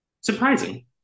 surprising